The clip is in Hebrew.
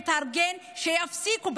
נתארגן שיפסיקו,